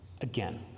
Again